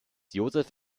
joseph